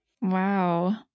Wow